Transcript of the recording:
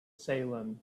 salem